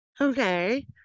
Okay